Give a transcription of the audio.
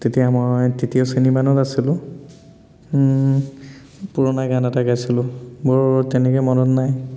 তেতিয়া মই তৃতীয় শ্ৰেণী মানত আছিলোঁ পুৰণা গান এটা গাইছিলোঁ মোৰ তেনেকে মনত নাই